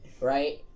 right